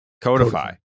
codify